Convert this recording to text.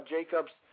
Jacobs